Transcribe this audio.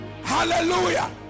Hallelujah